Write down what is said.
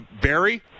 Barry